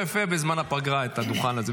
--- בזמן הפגרה שימנו יפה את הדוכן הזה,